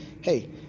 hey